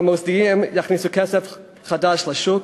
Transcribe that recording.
והמוסדיים יכניסו כסף חדש לשוק,